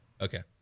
Okay